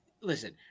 listen